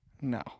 No